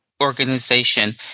Organization